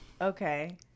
okay